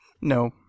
No